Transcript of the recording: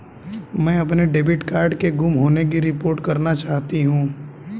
मैं अपने debit card के गुम होने की रिपोर्ट करना चाहती हूँ